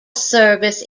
service